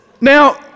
Now